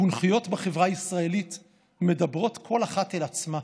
הקונכיות בחברה הישראלית מדברות כל אחת אל עצמה.